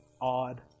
odd